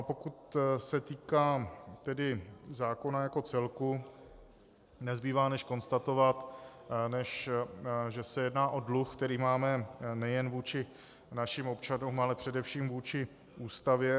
Pokud se týká zákona jako celku, nezbývá než konstatovat, než že se jedná o dluh, který máme nejen vůči našim občanům, ale především vůči Ústavě.